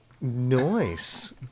Nice